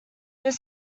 their